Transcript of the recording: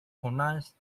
pronounce